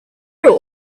know